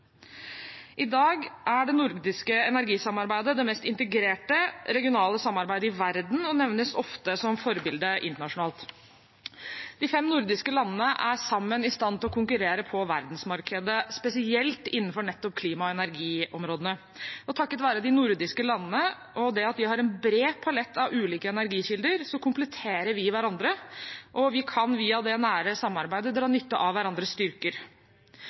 I dag er det nordiske energisamarbeidet det mest integrerte regionale samarbeidet i verden og nevnes ofte som et forbilde internasjonalt. De fem nordiske landene er sammen i stand til å konkurrere på verdensmarkedet, spesielt innenfor nettopp klima- og energiområdene. Takket være de nordiske landene og det at de har en bred palett av ulike energikilder, kompletterer vi hverandre, og vi kan via det nære samarbeidet dra nytte av hverandres styrker.